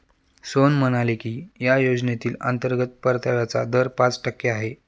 सोहन म्हणाले की या योजनेतील अंतर्गत परताव्याचा दर पाच टक्के आहे